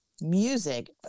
Music